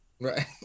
right